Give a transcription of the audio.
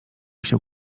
się